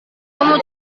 kamu